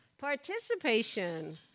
participation